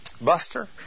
Buster